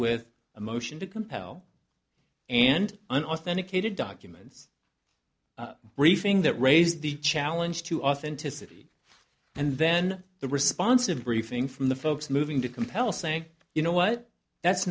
with a motion to compel and an authenticated documents briefing that raised the challenge to authenticity and then the response of briefing from the folks moving to compel saying you know what that's